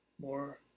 more